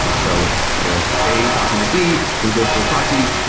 so you know a talking to b, it will go through a proxy.